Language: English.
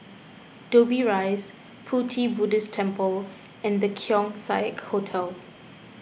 Dobbie Rise Pu Ti Buddhist Temple and the Keong Saik Hotel